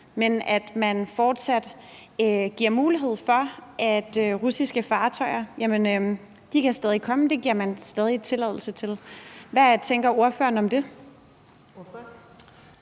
men at man fortsat giver mulighed for, at russiske fartøjer kan komme. Det giver man stadig tilladelse til. Hvad tænker ordføreren om det?